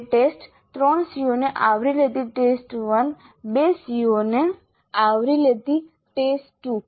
બે ટેસ્ટ ત્રણ CO ને આવરી લેતી ટેસ્ટ 1 બે CO ને આવરી લેતી ટેસ્ટ 2